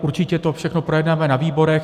Určitě to všechno projednáme na výborech.